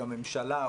בממשלה,